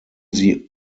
sie